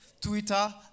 Twitter